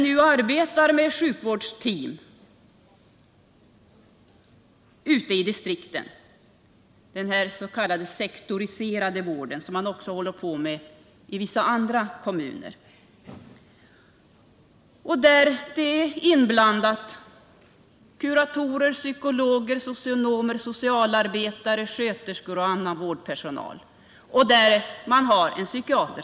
Vi arbetar med sjukvårdsteam ute i distrikten, dens.k. sektoriserade vården, som man också infört i vissa andra kommuner. Kuratorer, psykologer, socionomer, socialarbetare, sköterskor och annan vårdpersonal finns med. Som konsult har man en psykiater.